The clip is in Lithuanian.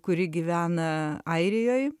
kuri gyvena airijoj